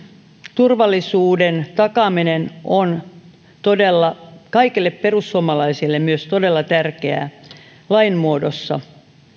turvallisuuden takaaminen on todella kaikille perussuomalaisille todella tärkeää myös lain muodossa